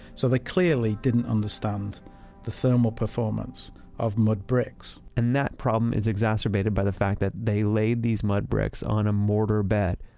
so they clearly didn't understand the thermal performance of mud bricks and that problem is exacerbated by the fact that they lay these mud bricks on a mortar bed.